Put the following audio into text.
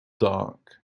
dark